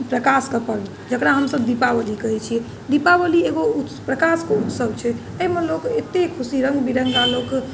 प्रकाशके पर्व जेकरा कि हम सभ दीपावली कहैत छियै दीपावली एगो प्रकाशके उत्सव छै एहिमे लोक एतेक खुशी रङ्ग विरङ्गा लोक